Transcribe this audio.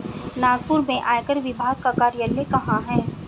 नागपुर में आयकर विभाग का कार्यालय कहाँ है?